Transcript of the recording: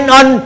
on